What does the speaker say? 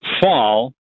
fall